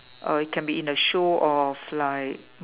uh it cannot be in a show of like